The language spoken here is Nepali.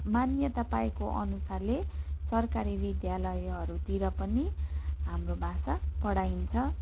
मान्यता पाएको अनुसारले सरकारी विद्यालयहरूतिर पनि हाम्रो भाषा पढाइन्छ